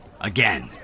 again